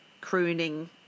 crooning